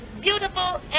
beautiful